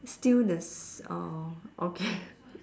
still the s~ orh okay